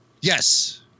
Yes